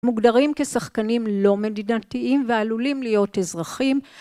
מוגדרים כשחקנים לא מדינתיים ועלולים להיות אזרחים.